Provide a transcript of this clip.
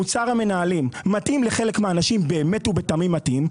מוצר המנהלים מתאים לחלק מהאנשים באמת ובתמים מתאים.